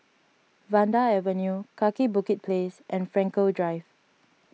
Vanda Avenue Kaki Bukit Place and Frankel Drive